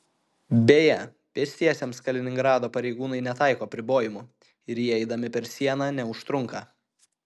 beje pėstiesiems kaliningrado pareigūnai netaiko apribojimų ir jie eidami per sieną neužtrunka